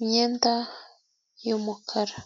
imyenda y'umukara.